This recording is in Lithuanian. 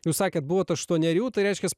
jūs sakėt buvot aštuonerių tai reiškias